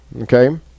Okay